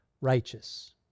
righteous